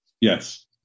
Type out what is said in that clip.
Yes